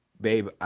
babe